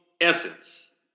essence